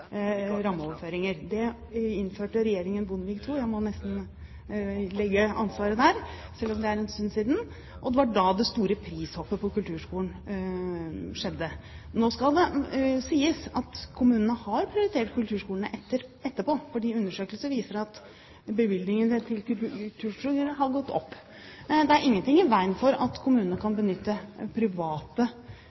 rammeoverføringer. Det innførte regjeringen Bondevik II – jeg må nesten legge ansvaret der, selv om det er en stund siden – og det var da det store prishoppet på kulturskolen skjedde. Nå skal det sies at kommunene har prioritert kulturskolene etterpå, for undersøkelser viser at bevilgningene til kulturskolene har gått opp. Det er ingen ting i veien for at kommunene kan benytte private